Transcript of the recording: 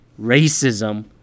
racism